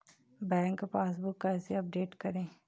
Bank passbook कैसे update करें?